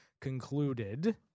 concluded